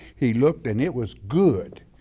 he looked and it was good.